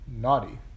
Naughty